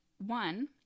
one